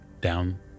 down